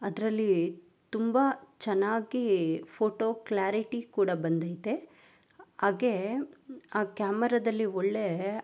ಅದರಲ್ಲಿ ತುಂಬ ಚೆನ್ನಾಗಿ ಫೋಟೋ ಕ್ಲಾರಿಟಿ ಕೂಡ ಬಂದೈತೆ ಹಾಗೆ ಆ ಕ್ಯಾಮರಾದಲ್ಲಿ ಒಳ್ಳೆಯ